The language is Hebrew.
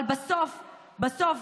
אבל בסוף בסוף,